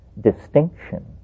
distinction